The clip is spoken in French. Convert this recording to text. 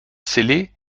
célé